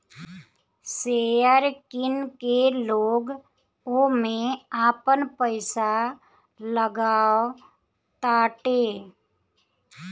share किन के लोग ओमे आपन पईसा लगावताटे